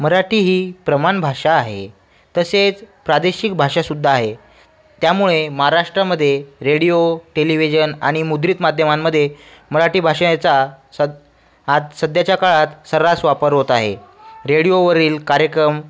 मराठी ही प्रमाण भाषा आहे तसेच प्रादेशिक भाषा सुद्धा आहे त्यामुळे महाराष्ट्रामध्ये रेडिओ टेलि व्हिजन आणि मुद्रित माध्यमांमध्ये मराठी भाषेचा सद आज सध्याच्या काळात सर्रास वापर होत आहे रेडिओवरील कार्यक्रम